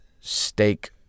steak